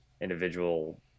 individual